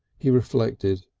he reflected.